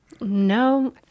no